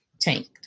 tanked